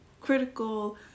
critical